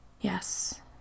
Yes